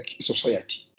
society